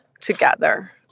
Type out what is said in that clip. together